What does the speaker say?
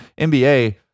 NBA